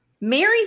Mary